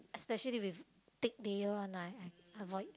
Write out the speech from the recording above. especially with thick layer one I I avoid